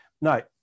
no